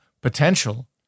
potential